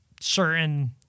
certain